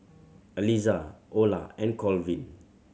Aliza Ola and Colvin